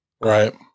Right